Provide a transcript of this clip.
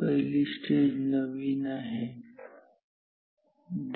पहिली स्टेज नवीन आहे